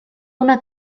una